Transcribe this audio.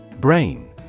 Brain